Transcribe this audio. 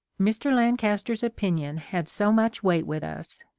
mr. lancaster's opinion had so much weight with us,